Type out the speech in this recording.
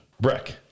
Breck